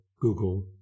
Google